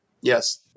Yes